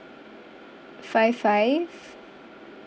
five five